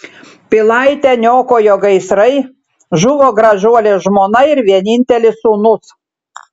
pilaitę niokojo gaisrai žuvo gražuolė žmona ir vienintelis sūnus